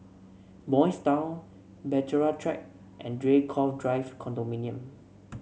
Boys' Town Bahtera Track and Draycott Drive Condominium